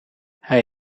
hij